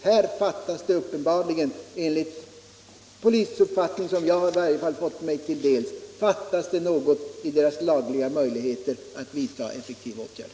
Här fattas det uppenbarligen, enligt den uppfattning som i varje fall jag fått, någonting i polisens lagliga möjligheter att vidta effektiva åtgärder.